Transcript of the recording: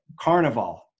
Carnival